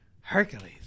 Hercules